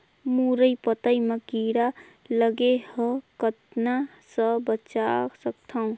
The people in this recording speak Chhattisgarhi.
मुरई पतई म कीड़ा लगे ह कतना स बचा सकथन?